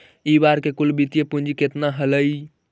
इ बार के कुल वित्तीय पूंजी केतना हलइ?